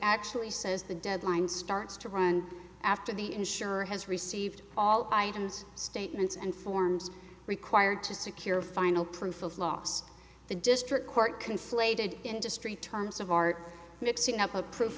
actually says the deadline starts to run after the insurer has received all items statements and forms required to secure final proof of loss the district court conflated industry terms of art mixing up a proof